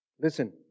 Listen